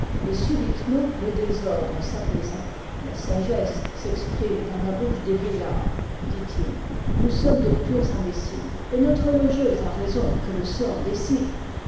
et subitement le désordre s'apaisa la sagesse s'exprime par la bouche des vieillards ditil nous sommes de purs imbéciles et notre logeuse a raison que le sort décide